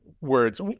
words